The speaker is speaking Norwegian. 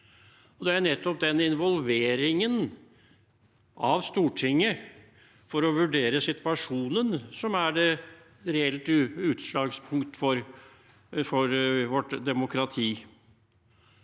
Det er nettopp den involveringen av Stortinget for å vurdere situasjonen som er det reelle utslagspunkt for vårt demokrati.